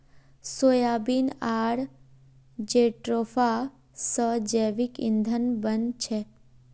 soybean आर jatropha स जैविक ईंधन बन छेक